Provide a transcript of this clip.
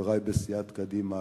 חברי בסיעת קדימה,